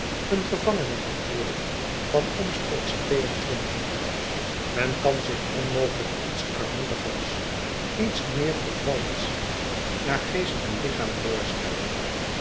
een gevangene natuurlijk van omstreeks twee-en-twintig men kan zich onmogelijk iets armoedigers iets meer vervallens naar geest en lichaam voorstellen